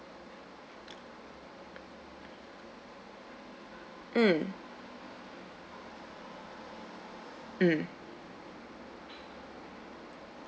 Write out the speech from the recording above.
ah mm mm